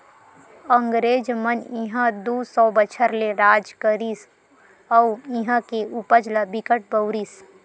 अंगरेज मन इहां दू सौ बछर ले राज करिस अउ इहां के उपज ल बिकट बउरिस